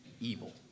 evil